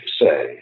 say